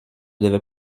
devait